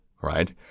right